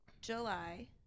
july